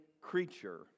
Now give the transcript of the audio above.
creature